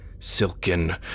Silken